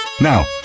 Now